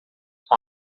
com